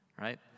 right